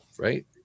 Right